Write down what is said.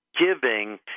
giving